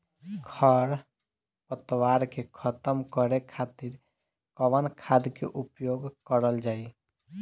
खर पतवार के खतम करे खातिर कवन खाद के उपयोग करल जाई?